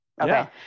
Okay